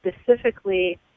specifically